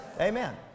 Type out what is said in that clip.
Amen